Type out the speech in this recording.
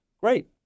Great